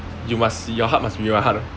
you must your heart must be on my heart ah